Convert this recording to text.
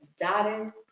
dotted